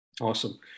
Awesome